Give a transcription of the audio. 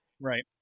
right